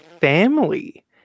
family